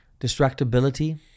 distractibility